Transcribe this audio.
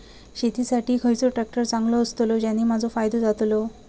शेती साठी खयचो ट्रॅक्टर चांगलो अस्तलो ज्याने माजो फायदो जातलो?